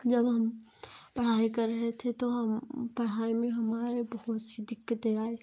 जब हम पढ़ाई कर रहे थे तो हम पढ़ाई में हमारे बहुत सी दिक्कते आईं